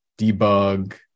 debug